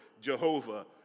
Jehovah